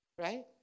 Right